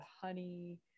honey